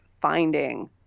finding